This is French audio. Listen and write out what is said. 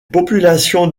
populations